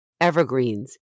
evergreens